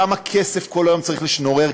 כמה כסף כל היום צריך לשנורר,